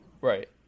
right